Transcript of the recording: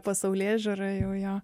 pasaulėžiūrą jojo